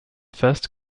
first